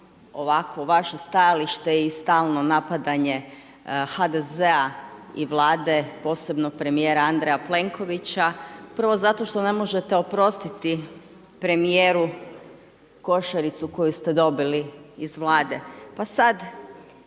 ovako vaše stajalište i stalno napadanje HDZ-a i Vlade, posebno premjera Andreja Plenkovića, prvo zato što ne možete oprostit premjeru košaricu koju ste dobili iz Vlade pa sad